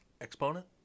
exponent